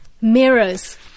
mirrors